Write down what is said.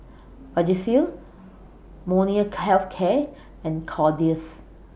Vagisil Molnylcke Health Care and Kordel's